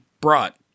brought